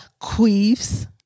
queefs